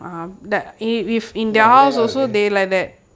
என்ன புள்ளைகளா இருக்கு:enna pullaigalla iruku